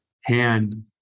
hand